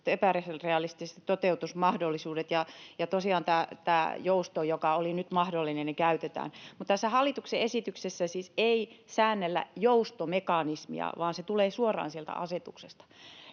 epärealistiset toteutusmahdollisuudet. Ja tosiaan tämä jousto, joka oli nyt mahdollinen, käytetään. Mutta tässä hallituksen esityksessä siis ei säännellä joustomekanismia, vaan se tulee suoraan sieltä asetuksesta.